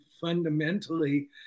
fundamentally